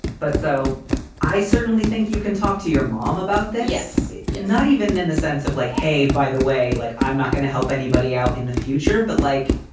but so i certainly think you can talk to your mom about this. yes you're not even in the sense of like, hey, by the way, like, i'm not going to help anybody out in the future. but like,